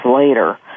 later